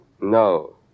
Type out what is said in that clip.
No